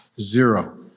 Zero